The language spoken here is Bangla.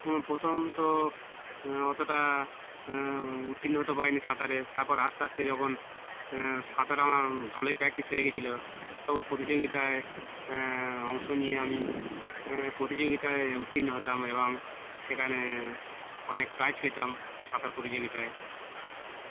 হ্যাঁ প্রথম তো অতটা উত্তীর্ণ হতে পারে নি সাঁতারে তারপর আস্তে আস্তে যখন সাঁতার আমার ভালোই প্র্যাকটিস হয়ে গেছিলো তখন প্রতিযোগিতায় অংশ নিয়ে আমি প্রতিযোগিতায় উত্তীর্ণ হতাম এবং সেখানে অনেক প্রাইজ পেতাম সাঁতার প্রতিযোগিতায়